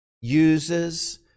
uses